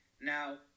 Now